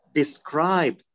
describe